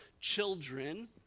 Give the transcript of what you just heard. children